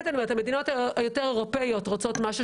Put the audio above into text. המדינות היותר אירופאיות רוצות משהו